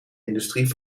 industrie